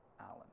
Alan